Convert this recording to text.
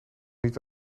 niet